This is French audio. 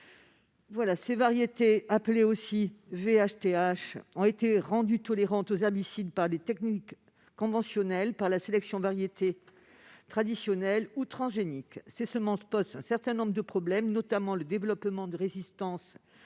issus. Ces variétés ont été rendues tolérantes aux herbicides par des techniques conventionnelles, par la sélection traditionnelle ou transgénique. Ces semences posent un certain nombre de problèmes, notamment le développement de résistance